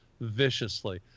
viciously